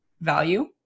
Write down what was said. value